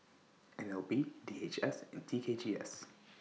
N L B D H S and T K G S